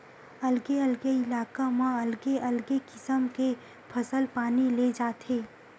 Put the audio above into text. अलगे अलगे इलाका म अलगे अलगे किसम के फसल पानी ले जाथे